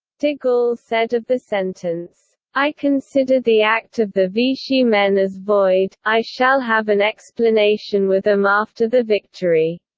de gaulle said of the sentence, i consider the act of the vichy men as void i shall have an explanation with them after the victory.